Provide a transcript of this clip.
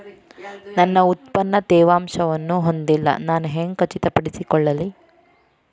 ನನ್ನ ಉತ್ಪನ್ನ ತೇವಾಂಶವನ್ನು ಹೊಂದಿಲ್ಲಾ ನಾನು ಹೆಂಗ್ ಖಚಿತಪಡಿಸಿಕೊಳ್ಳಲಿ?